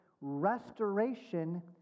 restoration